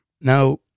Now